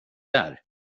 där